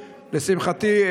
לשמחתי,